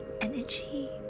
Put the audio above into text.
energy